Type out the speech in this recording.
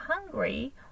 hungry